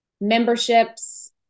memberships